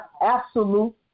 absolute